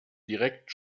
direkt